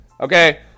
okay